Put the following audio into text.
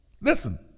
Listen